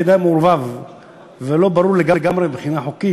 מעורבב ולא ברור לגמרי מבחינה חוקית,